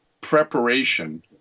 preparation